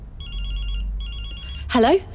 Hello